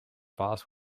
fast